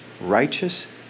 righteous